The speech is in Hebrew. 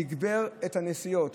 הוא תגבר את הנסיעות.